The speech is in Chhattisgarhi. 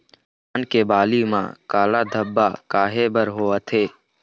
धान के बाली म काला धब्बा काहे बर होवथे?